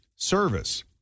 Service